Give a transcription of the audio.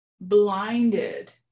blinded